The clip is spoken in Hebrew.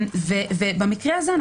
במקרה הזה,